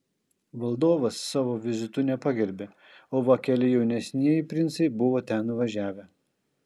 valdovas savo vizitu nepagerbė o va keli jaunesnieji princai buvo ten nuvažiavę